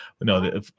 No